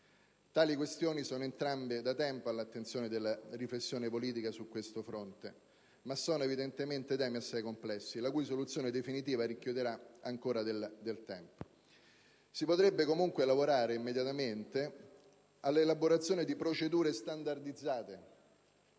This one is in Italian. Tali questioni sono entrambe da tempo all'attenzione della riflessione politica su questo fronte ma sono, evidentemente, temi assai complessi, la cui soluzione definitiva richiederà ancora del tempo. Si potrebbe comunque lavorare immediatamente all'elaborazione di procedure standardizzate